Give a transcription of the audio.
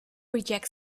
reject